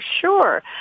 sure